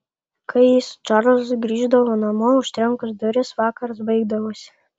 kai ji su čarlzu grįždavo namo užtrenkus duris vakaras baigdavosi